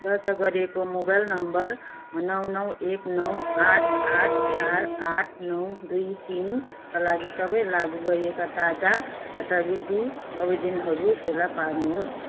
दर्ता गरिएको mobile number नौ नौ एक नौ आठ आठ चार आठ नौ दुई तिनका लागि सबै लागु गरिएका ताजा छात्रवृत्ति आवेदनहरू फेला पार्नुहोस्